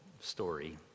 story